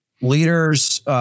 leaders